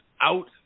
out